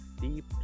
deep